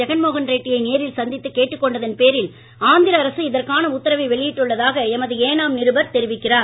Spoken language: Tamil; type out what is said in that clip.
ஜெகன்மோகன் ரெட்டியை நேரில் சந்தித்து கேட்டு கொண்டதன் பேரில் ஆந்திர அரசு இதற்கான உத்தாவை வெளியிட்டுள்ளதாக எமது ஏனாம் நிருபர் தெரிவிக்கிறார்